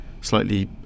slightly